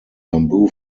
bamboo